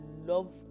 love